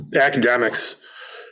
academics